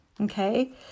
Okay